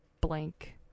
blank